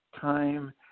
time